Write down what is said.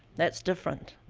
that's different.